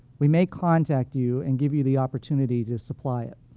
we may contact you and give you the opportunity to supply it.